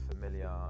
familiar